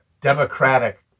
democratic